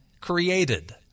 created